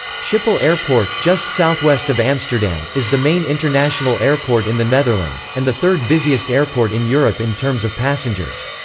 schiphol airport, just southwest of amsterdam, is the main international airport in the netherlands, and the third busiest airport in europe in terms of passengers.